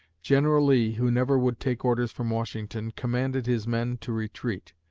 general lee, who never would take orders from washington, commanded his men to retreat.